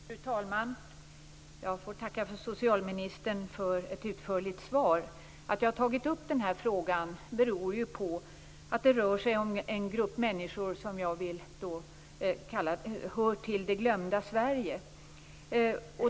Fru talman! Jag får tacka socialministern för ett utförligt svar. Att jag har tagit upp denna fråga beror ju på att det rör sig om en grupp människor som jag anser hör till det glömda Sverige.